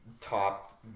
top